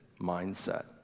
mindset